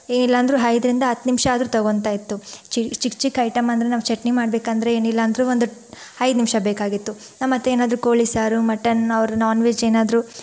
ಏನಿಲ್ಲಾಂದರೂ ಐದರಿಂದ ಹತ್ತು ನಿಮಿಷ ಆದರೂ ತಗೊತಾ ಇತ್ತು ಚಿಕ್ಕ ಚಿಕ್ಕ ಐಟಮ್ ಅಂದರೆ ನಾವು ಚಟ್ನಿ ಮಾಡಬೇಕಂದ್ರೆ ಏನಿಲ್ಲಾಂದರೂ ಒಂದು ಐದು ನಿಮಿಷ ಬೇಕಾಗಿತ್ತು ಮತ್ತೇನಾದರೂ ಕೋಳಿ ಸಾರು ಮಟನ್ ಆರ್ ನಾನ್ವೆಜ್ ಏನಾದರೂ